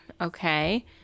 okay